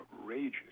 outrageous